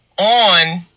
on